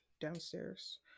downstairs